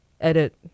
edit